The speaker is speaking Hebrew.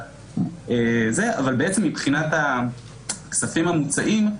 אבל מבחינת הכספים המוצאים,